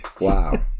Wow